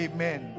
Amen